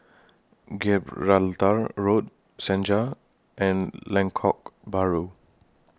Gibraltar Road Senja and Lengkok Bahru